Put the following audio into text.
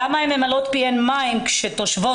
למה הן ממלאות פיהן מים כאשר תושבות